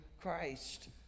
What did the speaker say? Christ